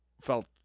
felt